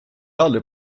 aldrig